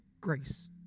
grace